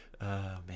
man